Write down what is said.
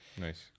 Nice